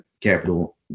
capital